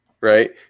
right